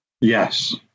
Yes